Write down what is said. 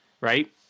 right